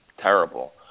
terrible